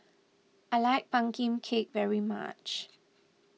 I like Pumpkin Cake very much